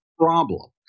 problem